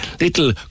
little